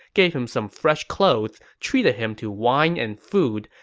gave him some fresh clothes, treated him to wine and food,